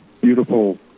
beautiful